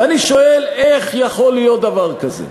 ואני שואל, איך יכול להיות דבר כזה?